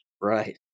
Right